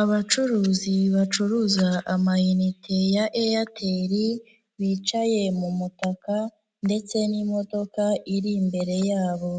Abacuruzi bacuruza amayinite ya Airtel, bicaye mu mutaka ndetse n'imodoka iri imbere yabo,